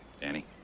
Danny